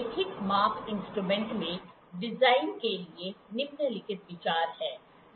रैखिक माप इंस्ट्रूमेंट के डिजाइन के लिए निम्नलिखित विचार हैं